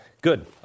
Good